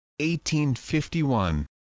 1851